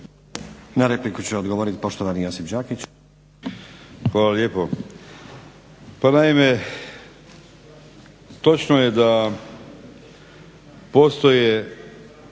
Na repliku će odgovoriti poštovani Josip Đakić. **Đakić, Josip (HDZ)** Hvala lijepo. Pa naime, točno je da postoje